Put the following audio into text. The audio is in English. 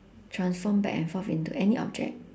transform back and forth into any object